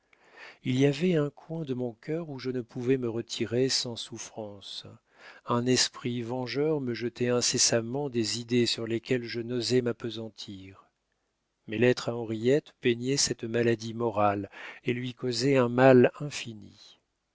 il y avait un coin de mon cœur où je ne pouvais me retirer sans souffrance un esprit vengeur me jetait incessamment des idées sur lesquelles je n'osais m'appesantir mes lettres à henriette peignaient cette maladie morale et lui causaient un mal infini